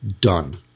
done